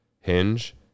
hinge